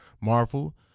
Marvel